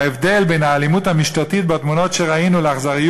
ההבדל בין האלימות המשטרתית בתמונות שראינו לאכזריות